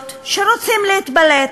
כנסת ושל חברות כנסת שרוצים להתבלט,